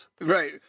Right